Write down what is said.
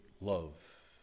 love